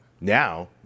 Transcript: now